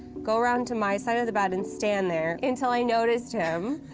go around to my side of the bed and stand there until i noticed him.